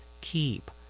keep